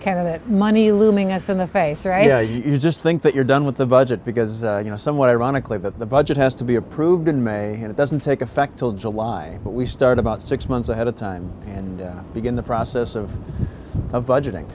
or you just think that you're done with the budget because you know somewhat ironically that the budget has to be approved in may and it doesn't take effect till july but we start about six months ahead of time and begin the process of of budgeting